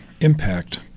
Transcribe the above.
impact